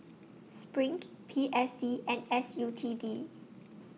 SPRING P S D and S U T D